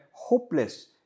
Hopeless